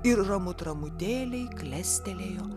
ir ramut ramutėliai klestelėjo